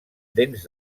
dents